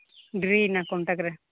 ᱰᱮᱨᱤᱭᱮᱱᱟ contact ᱨᱮ